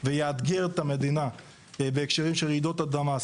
ויאתגר את המדינה בהקשרים של רעידות אדמה,